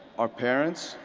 or parents,